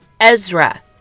Ezra